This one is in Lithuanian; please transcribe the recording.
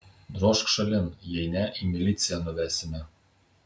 drožk šalin jei ne į miliciją nuvesime